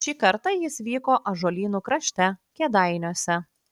šį kartą jis vyko ąžuolynų krašte kėdainiuose